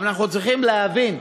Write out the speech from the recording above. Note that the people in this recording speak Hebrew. אבל אנחנו צריכים להבין,